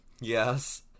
Yes